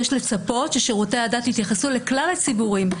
יש לצפות ששירותי הדת יתייחסו לכלל הציבורים,